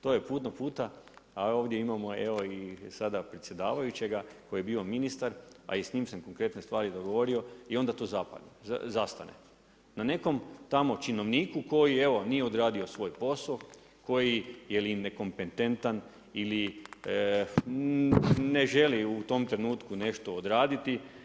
To je puno puta, a ovdje imamo evo i sada predsjedavajućega koji je bio ministar, a i s njim sam konkretne stvari dogovorio i onda to zastane na nekom tamo činovniku koji evo nije odradio svoj posao, koji je ili nekompetentan ili ne želi u tom trenutku nešto odraditi.